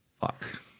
fuck